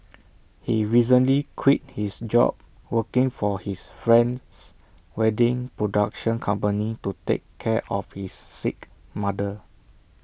he recently quit his job working for his friend's wedding production company to take care of his sick mother